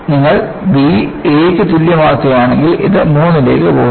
നിങ്ങൾ b a യ്ക്ക് തുല്യമാക്കുകയാണെങ്കിൽ ഇത് 3 ലേക്ക് പോകുന്നു